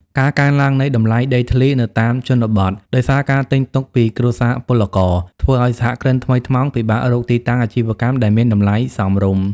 ការកើនឡើងនៃតម្លៃដីធ្លីនៅតាមជនបទ ដោយសារការទិញទុកពីគ្រួសារពលករ ធ្វើឱ្យសហគ្រិនថ្មីថ្មោងពិបាករកទីតាំងអាជីវកម្មដែលមានតម្លៃសមរម្យ។